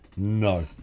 No